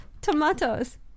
tomatoes